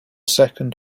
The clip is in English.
second